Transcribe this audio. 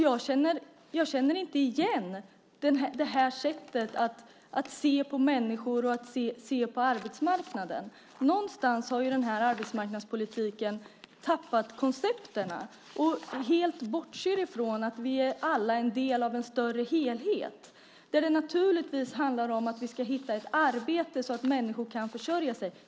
Jag känner inte igen det här sättet att se på människor och på arbetsmarknaden. Någonstans har den här arbetsmarknadspolitiken tappat koncepterna och bortser helt från att vi alla är en del av en större helhet. Naturligtvis handlar det om att vi ska se till att människor hittar ett arbete så att de kan försörja sig.